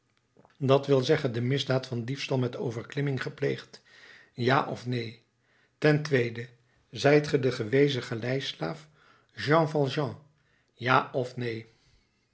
dat wil zeggen de misdaad van diefstal met overklimming gepleegd ja of neen ten tweede zijt ge de gewezen galeislaaf jean valjean ja of neen